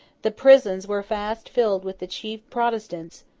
the prisons were fast filled with the chief protestants,